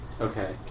Okay